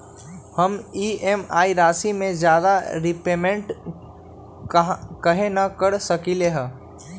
हम ई.एम.आई राशि से ज्यादा रीपेमेंट कहे न कर सकलि ह?